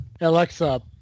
Alexa